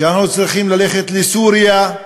שאנחנו צריכים ללכת לסוריה?